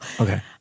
okay